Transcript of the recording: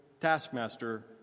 taskmaster